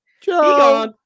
Joe